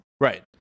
Right